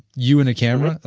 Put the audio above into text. you and a camera.